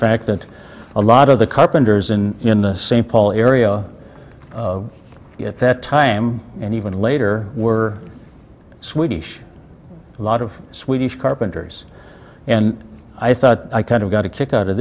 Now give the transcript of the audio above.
fact that a lot of the carpenters in st paul area at that time and even later were swedish a lot of swedish carpenters and i thought i kind of got a kick out of